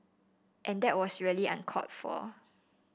and that was really uncalled for